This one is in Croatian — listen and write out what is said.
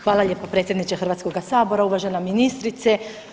Hvala lijepo predsjedniče Hrvatskoga sabora, uvažena ministrice.